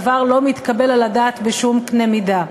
דבר לא מתקבל על הדעת בשום קנה מידה.